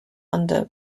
under